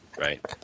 Right